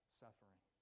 suffering